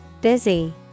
Busy